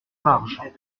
marges